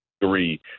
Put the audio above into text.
three